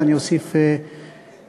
ואני אוסיף משלי.